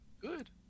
Good